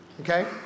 okay